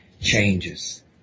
changes